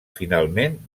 finalment